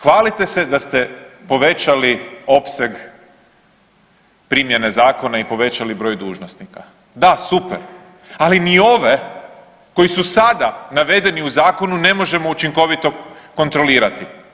Hvalite se da ste povećali opseg primjene zakona i povećali broj dužnosnika, da, super, ali mi ove koji su sada navedeni u zakonu ne možemo učinkovito kontrolirati.